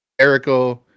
erico